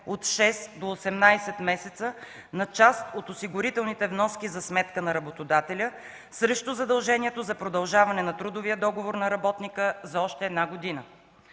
от 6 до 18 месеца, на част от осигурителните вноски за сметка на работодателя срещу задължението за продължаване на трудовия договор на работника за още една година.